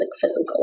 physical